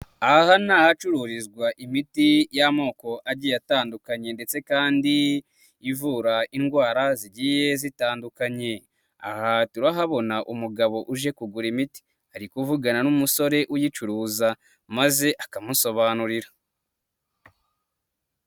Aha aha ni ahacururizwa imiti y'amoko agiye atandukanye ndetse kandi ivura indwara zigiye zitandukanye, aha turahabona umugabo uje kugura imiti, ari kuvugana n'umusore uyicuruza, maze akamusobanurira.